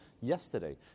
yesterday